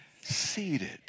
seated